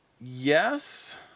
Yes